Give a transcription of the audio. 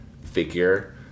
figure